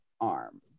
arm